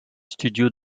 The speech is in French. studios